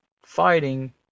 fighting